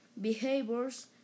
behaviors